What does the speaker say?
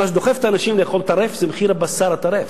מה שדוחף את האנשים לאכול טרף זה מחיר הבשר הטרף.